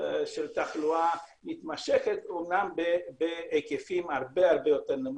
תחלואה מתמשכת, אמנם בהיקפים הרבה יותר נמוכים.